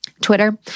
Twitter